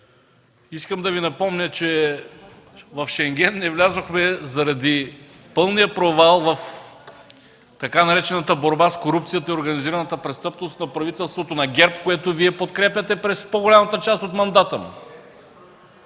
искам да Ви напомня, че в Шенген не влязохме заради пълния провал в така наречената „борба с корупцията и организираната престъпност” на правителството на ГЕРБ, което Вие подкрепяте през по-голямата част от мандата му.